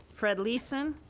fred leeson.